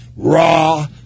Raw